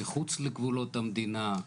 מחוץ לגבולות המדינה.